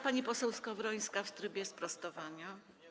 Pani poseł Skowrońska, w trybie sprostowania.